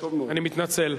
אני מתנצל.